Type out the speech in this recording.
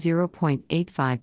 0.85